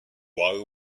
are